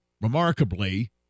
remarkably